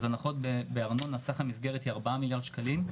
הנחות בארנונה סך המסגרת היא 4 מיליארד שקלים,